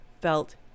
felt